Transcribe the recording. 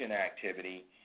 activity